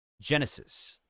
Genesis